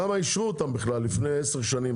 למה אישרו אותן בכלל לפני עשר שנים?